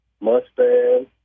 Mustang